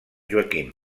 joaquim